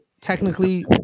technically